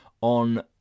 on